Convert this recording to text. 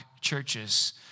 churches